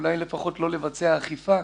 אולי לפחות לא לבצע אכיפה,